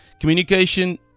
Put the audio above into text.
communication